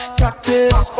practice